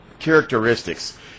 Characteristics